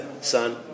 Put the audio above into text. son